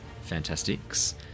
Fantastics